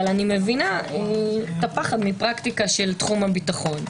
אני מבינה את הפחד מפרקטיקה של תחום הביטחון.